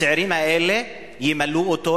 הצעירים האלה ימלאו אותו,